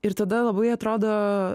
ir tada labai atrodo